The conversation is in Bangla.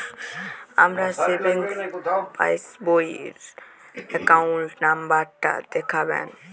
আমার সেভিংস পাসবই র অ্যাকাউন্ট নাম্বার টা দেখাবেন?